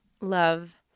Love